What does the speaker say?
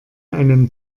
einen